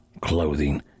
clothing